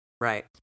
right